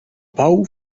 pau